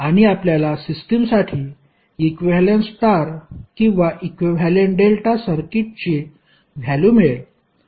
आणि आपल्याला सिस्टमसाठी इक्विव्हॅलेंट स्टार किंवा इक्विव्हॅलेंट डेल्टा सर्किटची व्हॅल्यु मिळेल